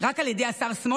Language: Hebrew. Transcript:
רק על ידי השר סמוטריץ'?